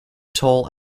toll